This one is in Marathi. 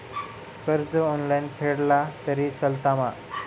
कर्ज ऑनलाइन फेडला तरी चलता मा?